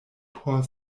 por